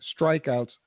strikeouts